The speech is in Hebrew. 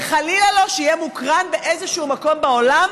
וחלילה לו שיהיה מוקרן באיזשהו מקום בעולם,